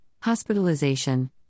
hospitalization